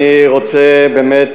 אני רוצה באמת